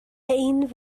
این